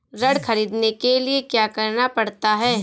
ऋण ख़रीदने के लिए क्या करना पड़ता है?